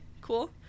cool